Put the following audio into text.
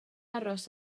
aros